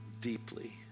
deeply